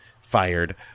fired